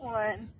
one